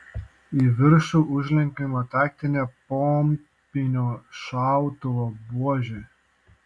į viršų užlenkiama taktinė pompinio šautuvo buožė